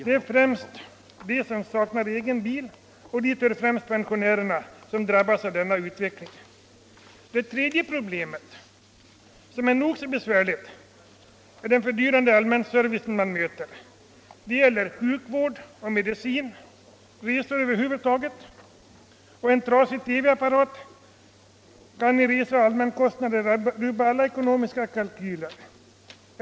Det är huvudsakligen de som saknar egen bil — och dit hör främst pensionärerna — som drabbas av denna utveckling. Ett tredje problem, som är nog så besvärligt, är den fördyrade allmänservice som man nu möter. Det gäller sjukvård och medicin, resor, osv. En trasig TV-apparat kan rubba alla ekonomiska kalkyler.